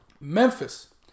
Memphis